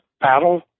battle